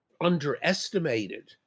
underestimated